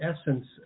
essence